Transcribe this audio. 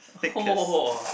thick as